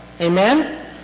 Amen